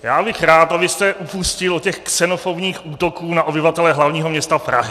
Já bych rád, abyste upustil od těch xenofobních útoků na obyvatele hlavního města Prahy.